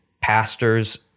pastors